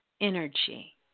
energy